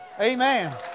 Amen